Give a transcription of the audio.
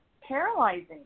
paralyzing